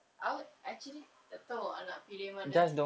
ah actually tak tahu ah nak pilih mana